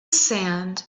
sand